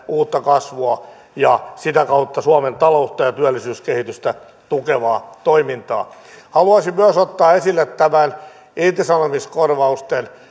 uutta kasvua ja sitä kautta suomen taloutta ja työllisyyskehitystä tukevaa toimintaa haluaisin myös ottaa esille tämän irtisanomiskorvausten